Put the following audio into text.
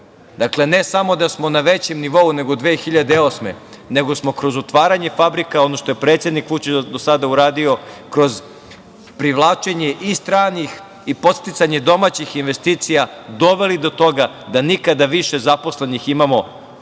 Dakle, ne samo da smo na većem nivou nego 2008. godine, nego smo kroz otvaranje fabrika, ono što je predsednik Vučić do sada uradio, kroz privlačenje i stranih i podsticanje domaćih investicija doveli do toga da nikada više zaposlenih nismo imali